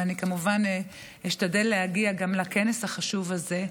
ואני כמובן אשתדל להגיע גם לכנס החשוב הזה,